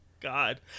god